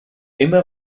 immer